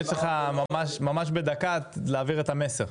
יש לך ממש בדקה להעביר את המסר.